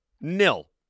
nil